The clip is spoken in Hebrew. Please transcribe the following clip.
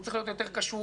הוא צריך להיות יותר קשוב.